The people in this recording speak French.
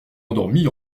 endormis